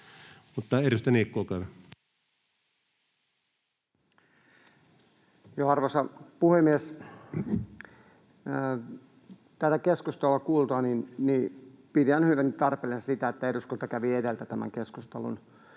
— Edustaja Niikko, olkaa hyvä. Arvoisa puhemies! Tätä keskustelua kuultuani pidän hyvin tarpeellisena sitä, että eduskunta kävi edeltä tämän keskustelun